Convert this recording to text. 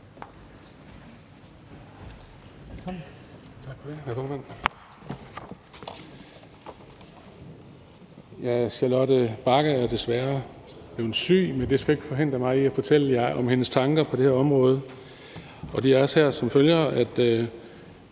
Charlotte Bagge Hansen er desværre blevet syg, men det skal ikke forhindre mig i at fortælle jer om hendes tanker på det her område, og det er som følger.